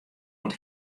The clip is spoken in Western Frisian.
oant